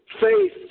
faith